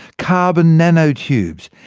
carbon nanotubes,